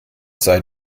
sei